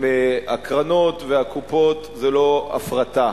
הקרנות והקופות זה לא הפרטה.